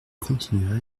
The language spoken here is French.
continua